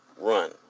run